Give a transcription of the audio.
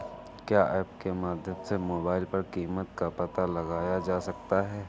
क्या ऐप के माध्यम से मोबाइल पर कीमत का पता लगाया जा सकता है?